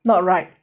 not right